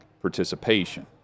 participation